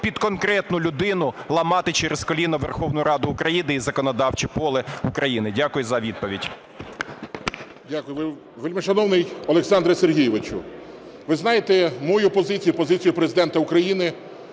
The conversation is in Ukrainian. під конкретну людину ламати через коліно Верховну Раду України і законодавче поле України? Дякую за відповідь. 12:18:54 СТЕФАНЧУК Р.О. Вельмишановний Олександре Сергійовичу, ви знаєте мою позицію і позицію Президента України,